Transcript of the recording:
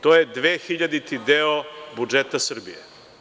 To je 2000 deo budžeta Srbije.